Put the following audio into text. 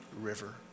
river